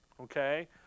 Okay